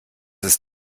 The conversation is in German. ist